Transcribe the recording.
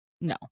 no